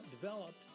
developed